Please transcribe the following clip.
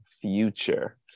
future